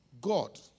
God